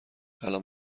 الان